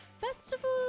festival